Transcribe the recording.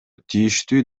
тийиштүү